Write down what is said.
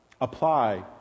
apply